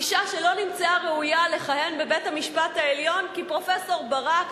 אשה שלא נמצאה ראויה לכהן בבית-המשפט העליון כי פרופסור ברק,